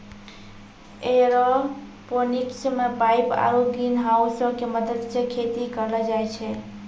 aeroponics मे pipe आरु ग्रीनहाउसो के मदत से खेती करलो जाय छै